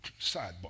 sidebar